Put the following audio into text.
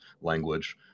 language